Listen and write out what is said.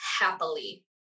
happily